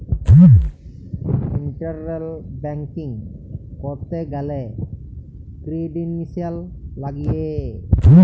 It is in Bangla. ইন্টারলেট ব্যাংকিং ক্যরতে গ্যালে ক্রিডেন্সিয়ালস লাগিয়ে